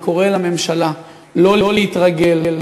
אני קורא לממשלה לא להתרגל,